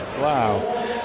Wow